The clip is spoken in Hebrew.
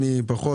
אני פחות,